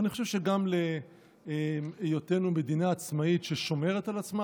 ואני חושב שגם להיותנו מדינה עצמאית ששומרת על עצמה,